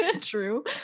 True